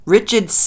Richard